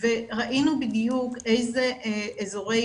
וראינו בדיוק איזה אזורי